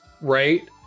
right